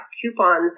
coupons